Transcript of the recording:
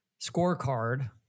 scorecard